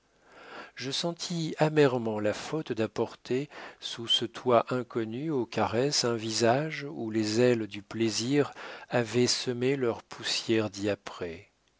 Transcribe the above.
je sentis amèrement la faute d'apporter sous ce toit inconnu aux caresses un visage où les ailes du plaisir avaient semé leur poussière